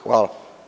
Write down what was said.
Hvala.